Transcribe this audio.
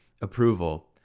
approval